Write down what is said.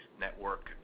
network